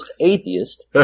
atheist